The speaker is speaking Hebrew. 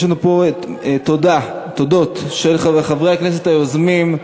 יש לנו פה תודות של חברי הכנסת היוזמים,